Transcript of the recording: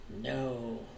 no